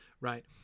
right